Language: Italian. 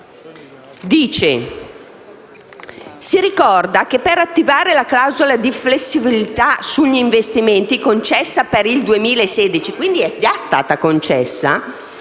conti dice che per attivare la clausola di flessibilità sugli investimenti concessa per il 2016 - quindi è già stata concessa